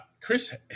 Chris